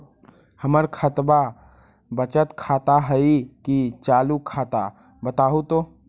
हमर खतबा बचत खाता हइ कि चालु खाता, बताहु तो?